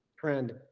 Trend